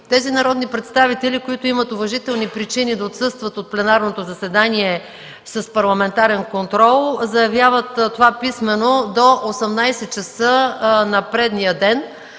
народните представители, които имат уважителни причини да отсъстват от пленарното заседание за парламентарен контрол, заявяват това писмено до 18,00 ч. на предния ден,